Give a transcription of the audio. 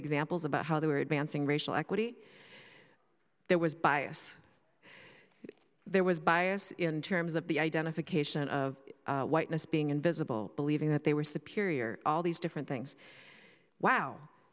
examples about how they were advancing racial equity there was bias there was bias in terms of the identification of whiteness being invisible believing that they were superior all these different things wow